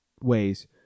ways